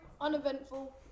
uneventful